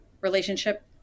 relationship